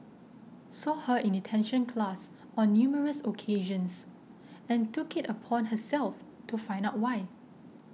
saw her in detention class on numerous occasions and took it upon herself to find out why